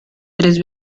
tres